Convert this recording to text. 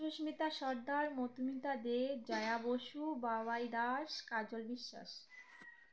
সুস্মিতা সর্দার মতুমিতা দে জয়া বসু বাবাই দাস কাজল বিশ্বাস